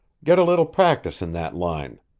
get a little practice in that line.